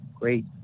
Great